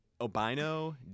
obino